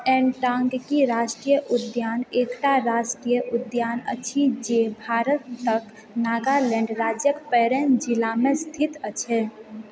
एनटांगकी राष्ट्रीय उद्यान एकटा राष्ट्रीय उद्यान अछि जे भारतक नागालैंड राज्यके पेरेन जिलामे अवस्थित अछि